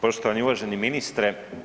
Poštovani uvaženi ministre.